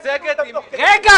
רק אל תשנו אותם תוך כדי --- שאול,